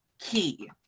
Key